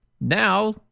Now